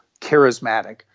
charismatic